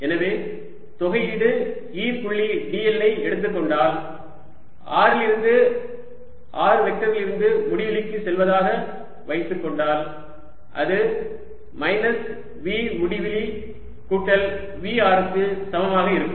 எனவே தொகையீடு E புள்ளி dl ஐ எடுத்துக் கொண்டால் r லிருந்து r வெக்டரிலிருந்து முடிவிலிக்குச் செல்வதாக வைத்துக் கொண்டால் அது மைனஸ் V முடிவிலி கூட்டல் V r க்கு சமமாக இருக்கும்